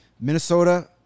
Minnesota